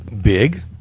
big